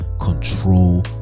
control